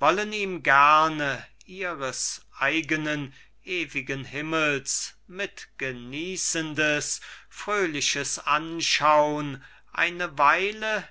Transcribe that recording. wollen ihm gerne ihres eigenen ewigen himmels mitgenießendes fröhliches anschaun eine weile